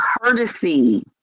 courtesy